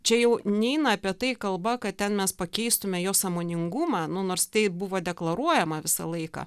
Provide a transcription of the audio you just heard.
čia jau neina apie tai kalba kad ten mes pakeistume jo sąmoningumą nu nors tai buvo deklaruojama visą laiką